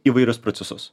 įvairius procesus